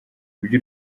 ibyo